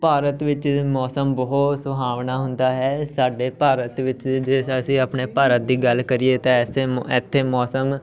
ਭਾਰਤ ਵਿੱਚ ਮੌਸਮ ਬਹੁਤ ਸੁਹਾਵਣਾ ਹੁੰਦਾ ਹੈ ਸਾਡੇ ਭਾਰਤ ਵਿੱਚ ਜੇ ਅਸੀਂ ਆਪਣੇ ਭਾਰਤ ਦੀ ਗੱਲ ਕਰੀਏ ਤਾਂ ਐਸੇ ਇੱਥੇ ਮੌਸਮ